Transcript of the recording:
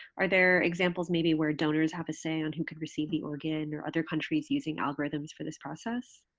are there examples maybe where donors have a say on who can receive the organ or other countries using algorithms for this process?